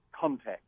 context